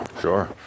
sure